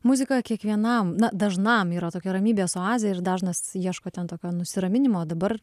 muzika kiekvienam na dažnam yra tokia ramybės oazė ir dažnas ieško ten tokio nusiraminimo dabar